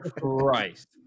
Christ